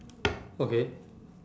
okay